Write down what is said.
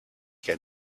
get